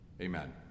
Amen